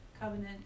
Covenant